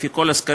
לפי כל הסקרים,